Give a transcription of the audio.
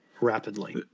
rapidly